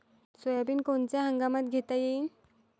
Soybean कोनच्या हंगामात घेता येईन?